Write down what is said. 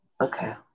Okay